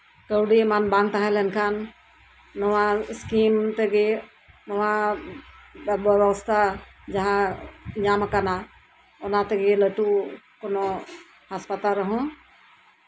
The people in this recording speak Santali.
ᱠᱟᱹᱣᱰᱤ ᱮᱢᱟᱱ ᱵᱟᱝ ᱛᱟᱦᱮᱸ ᱞᱮᱱᱠᱷᱟᱱ ᱱᱚᱣᱟ ᱥᱠᱤᱢ ᱛᱮᱜᱮ ᱵᱮᱵᱚᱥᱛᱷᱟ ᱡᱟᱦᱟᱸ ᱧᱟᱢ ᱠᱟᱱᱟ ᱚᱱᱟ ᱛᱮᱜᱮ ᱞᱟᱹᱴᱩ ᱠᱳᱱᱳ ᱦᱟᱥᱯᱟᱛᱟᱞ ᱨᱮᱦᱚᱸ